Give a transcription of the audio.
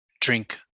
drink